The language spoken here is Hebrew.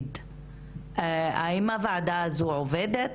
האם הוועדה הזו עובדת?